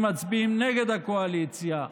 כשרוצים מצביעים נגד הקואליציה,